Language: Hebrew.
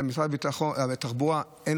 ולמשרד התחבורה אין